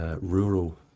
rural